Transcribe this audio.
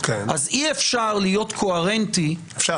אז אי-אפשר להיות קוהרנטי --- אפשר.